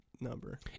number